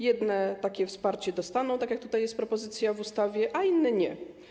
Jedne takie wsparcie dostaną - taka jest propozycja w ustawie - a inne nie.